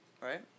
right